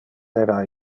era